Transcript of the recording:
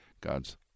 God's